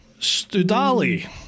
Studali